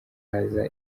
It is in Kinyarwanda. haza